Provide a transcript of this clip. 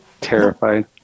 Terrified